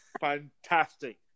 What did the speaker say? fantastic